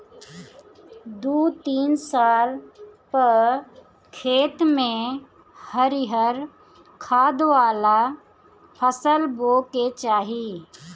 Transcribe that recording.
दू तीन साल पअ खेत में हरिहर खाद वाला फसल बोए के चाही